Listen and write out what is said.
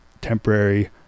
temporary